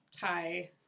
Thai